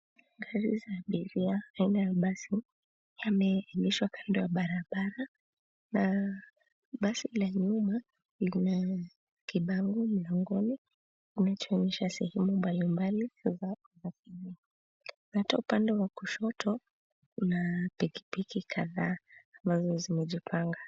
Gari za abiria aina ya basi yame egeshwa kando ya barabara na basi la nyuma lina kibango mlangoni unayo chemsha sehemu mbalimbali za abiria. Unatoa upande wa kushoto kuna pikipiki kadhaa ambazo zimejipanga.